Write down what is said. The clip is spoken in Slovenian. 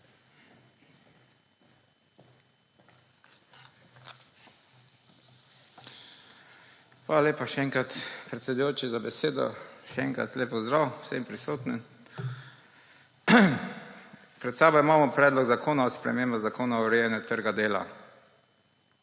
Hvala lepa še enkrat, predsedujoči, za besedo. Še enkrat lep pozdrav vsem prisotnim! Pred sabo imamo Predlog zakona o spremembah Zakona o urejanju trga dela.